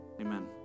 Amen